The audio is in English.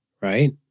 Right